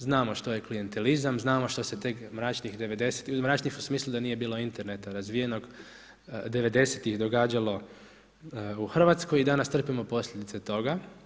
Znamo što je klijentelizam, znamo što se tek mračnih 90-ih, mračnih u smislu da nije bilo interneta razvijenog, 90-ih događalo u Hrvatskoj i danas trpimo posljedice toga.